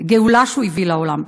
גאולה שהוא הביא לעולם,